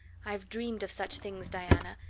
i've dreamed of such things, diana.